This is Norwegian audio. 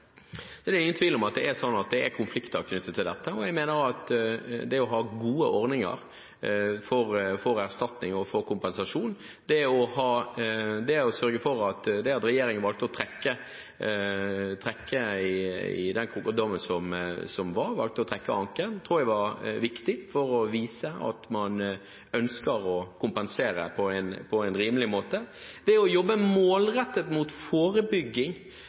Så er det, akkurat som Rasmus Hansson var inne på, ingen tvil om at det er konflikter knyttet til dette. Jeg mener at det å ha gode ordninger for erstatning og for kompensasjon, er viktig, og det at regjeringen valgte å trekke anken av den dommen som var, tror jeg var viktig for å vise at man ønsker å kompensere på en rimelig måte. Det å jobbe målrettet med forebygging